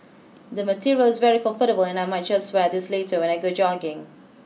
the material is very comfortable and I might just wear this later when I go jogging